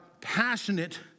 passionate